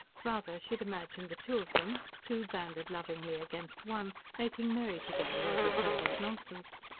rather she had imagined the two of them two banded lovingly against one making merry together over purdy's nonsense.